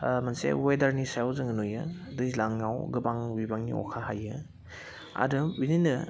मोनसे वेडारनि सायाव जोङो नुयो दैज्लाङाव गोबां बिबांनि अखा हायो आरो बिदिनो